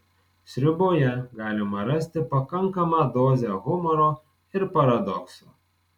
sriuboje galima rasti pakankamą dozę humoro ir paradokso